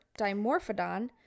dimorphodon